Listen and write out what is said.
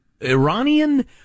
Iranian